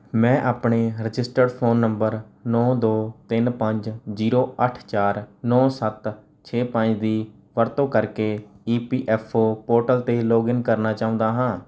ਮੈਂ ਆਪਣੇ registered phone number ਨੌ ਦੋ ਤਿੰਨ ਪੰਜ ਜ਼ੀਰੋ ਅੱਠ ਚਾਰ ਨੌ ਸੱਤ ਛੇ ਪੰਜ ਦੀ ਵਰਤੋਂ ਕਰਕੇ E P F O portal 'ਤੇ ਲੌਗਇਨ ਕਰਨਾ ਚਾਹੁੰਦਾ ਹਾਂ